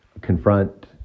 confront